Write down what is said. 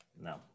No